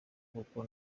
kuko